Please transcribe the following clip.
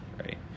right